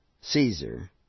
Caesar